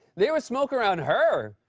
there was smoke around her?